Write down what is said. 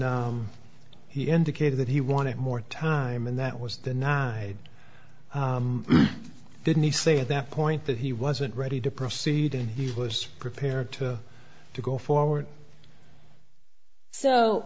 the case that he wanted more time and that was denied didn't he say at that point that he wasn't ready to proceed and he was prepared to to go forward so